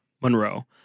Monroe